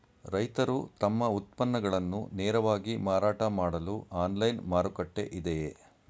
ರೈತರು ತಮ್ಮ ಉತ್ಪನ್ನಗಳನ್ನು ನೇರವಾಗಿ ಮಾರಾಟ ಮಾಡಲು ಆನ್ಲೈನ್ ಮಾರುಕಟ್ಟೆ ಇದೆಯೇ?